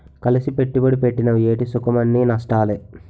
కలిసి పెట్టుబడి పెట్టినవ్ ఏటి సుఖంఅన్నీ నష్టాలే